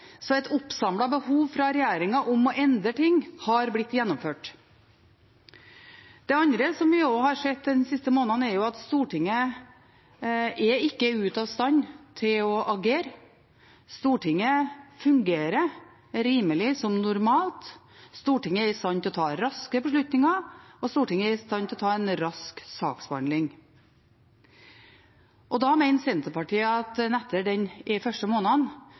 Så det oppsamlede behovet fra regjeringens side for å endre ting har latt seg gjennomføre. Det andre som vi har sett de siste månedene, er at Stortinget ikke er ute av stand til å agere. Stortinget fungerer rimelig normalt. Stortinget er i stand til å ta raske beslutninger, og Stortinget er i stand til å ha en rask saksbehandling. Da mener Senterpartiet at en etter de første